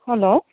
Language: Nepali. हेलो